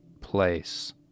place